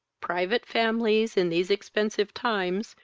private families, in these expensive times,